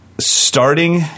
starting